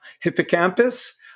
hippocampus